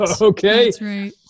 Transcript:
Okay